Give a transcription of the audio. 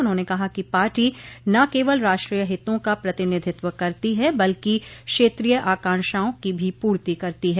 उन्होंने कहा कि पार्टी न केवल राष्ट्रीय हितों का प्रतिनिधित्व करती है बल्कि क्षेत्रीय आकांक्षाओं की भी पूर्ति करती है